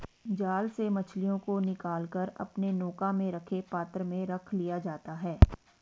जाल से मछलियों को निकाल कर अपने नौका में रखे पात्र में रख लिया जाता है